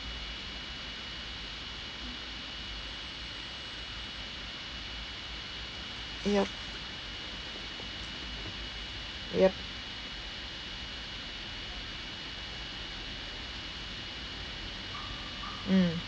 yup yup mm